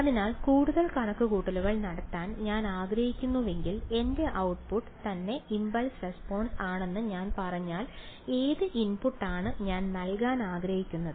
അതിനാൽ കൂടുതൽ കണക്കുകൂട്ടലുകൾ നടത്താൻ ഞാൻ ആഗ്രഹിക്കുന്നില്ലെങ്കിൽ എന്റെ ഔട്ട്പുട്ട് തന്നെ ഇംപൾസ് റെസ്പോൺസ് ആണെന്ന് ഞാൻ പറഞ്ഞാൽ ഏത് ഇൻപുട്ട് ആണ് ഞാൻ നൽകാൻ ആഗ്രഹിക്കുന്നത്